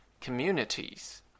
communities